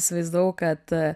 įsivaizdavau kad